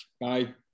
bye